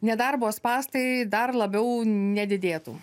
nedarbo spąstai dar labiau nedidėtų